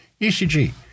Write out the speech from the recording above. ECG